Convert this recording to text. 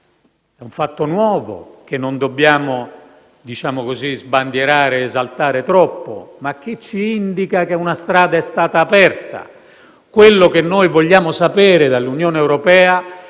è un fatto nuovo, che non dobbiamo "sbandierare" o esaltare troppo, ma che ci indica che una strada è stata aperta. Quello che vogliamo sapere dall'Unione europea